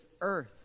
earth